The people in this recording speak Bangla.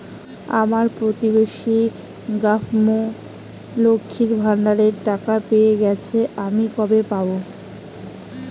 আমার প্রতিবেশী গাঙ্মু, লক্ষ্মীর ভান্ডারের টাকা পেয়ে গেছে, আমি কবে পাব?